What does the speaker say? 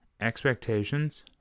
expectations